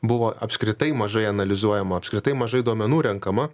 buvo apskritai mažai analizuojama apskritai mažai duomenų renkama